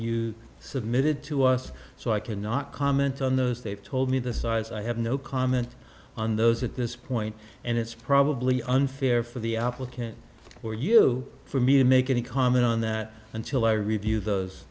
you submitted to us so i cannot comment on those they've told me the size i have no comment on those at this point and it's probably unfair for the applicant or you for me to make any comment on that until i review those